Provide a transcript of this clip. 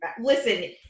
Listen